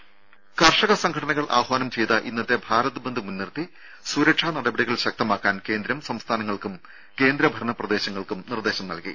രംഭ കർഷക സംഘടനകൾ ആഹ്വാനം ചെയ്ത ഇന്നത്തെ ഭാരത് ബന്ദ് മുൻനിർത്തി സുരക്ഷാ നടപടികൾ ശക്തമാക്കാൻ കേന്ദ്രം സംസ്ഥാനങ്ങൾക്കും കേന്ദ്രഭരണ ക്രദേശങ്ങൾക്കും നിർദ്ദേശം നൽകി